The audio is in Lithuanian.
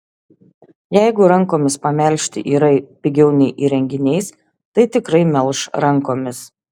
jeigu rankomis pamelžti yra pigiau nei įrenginiais tai tikrai melš rankomis